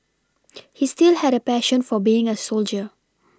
he still had a passion for being a soldier